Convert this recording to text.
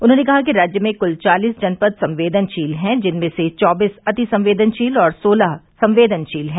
उन्होंने कहा कि राज्य में कूल चालीस जनपद संवेदनशील है जिनमें से चौबीस अति संवेदनशील और सोलह संवेदनशील है